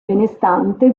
benestante